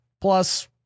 Plus